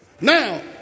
Now